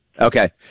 Okay